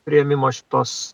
priėmimo šitos